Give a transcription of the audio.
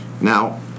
Now